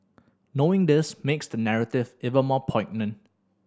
knowing this makes the narrative even more poignant